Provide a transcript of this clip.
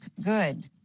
good